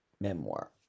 memoir